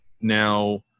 Now